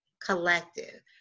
collective